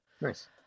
Nice